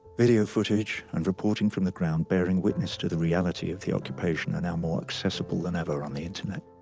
video footage and reporting from the ground bearing witness to the reality of the occupation are now more accessible than ever on the internet.